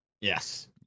Yes